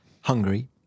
Hungary